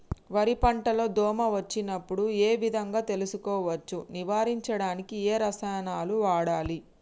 వరి పంట లో దోమ వచ్చినప్పుడు ఏ విధంగా తెలుసుకోవచ్చు? నివారించడానికి ఏ రసాయనాలు వాడాలి?